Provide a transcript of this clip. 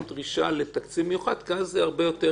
דרישה לתקציב מיוחד כי אז זה הרבה יותר